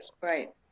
Right